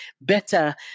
better